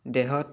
দেহত